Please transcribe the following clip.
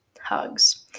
hugs